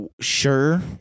sure